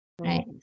right